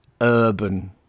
urban